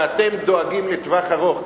ואתם דואגים לטווח ארוך,